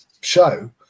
show